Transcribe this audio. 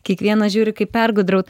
kiekvienas žiūri kaip pergudraut